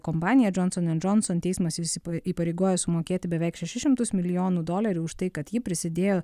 kompanija johnson and johnson teismas įsipa įpareigojo sumokėti beveik šešis šimtus milijonų dolerių už tai kad ji prisidėjo